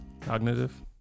Cognitive